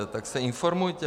Tak se informujte!